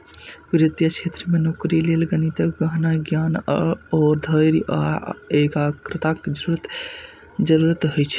वित्तीय क्षेत्र मे नौकरी लेल गणितक गहन ज्ञान, धैर्य आ एकाग्रताक जरूरत होइ छै